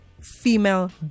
female